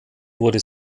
wurde